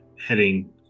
heading